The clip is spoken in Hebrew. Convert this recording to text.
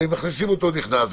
ואם מכניסים אותו הוא נכנס.